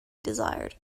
desired